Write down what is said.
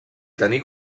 tenir